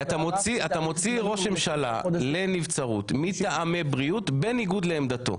אתה מוציא ראש הממשלה לנבצרות מטעמי בריאות בניגוד לעמדתו.